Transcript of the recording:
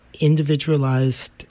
individualized